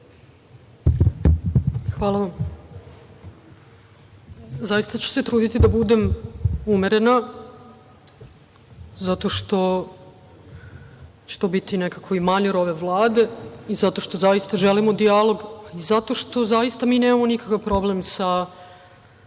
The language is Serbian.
Hvala vam. Zaista ću se truditi da budem umerena, zato što će to biti nekako i manir ove Vlade, zato što zaista želimo dijalog i zato što zaista nemamo nikakav problem sa